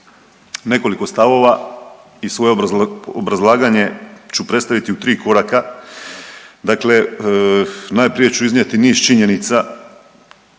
nekoliko stavova i svoje obrazlaganje ću predstaviti u tri koraka. Dakle najprije ću iznijeti niz činjenica